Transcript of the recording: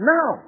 Now